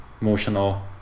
emotional